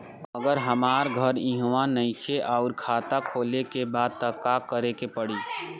अगर हमार घर इहवा नईखे आउर खाता खोले के बा त का करे के पड़ी?